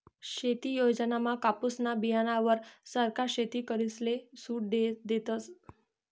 शेती योजनामा कापुसना बीयाणावर सरकार शेतकरीसले सूट देस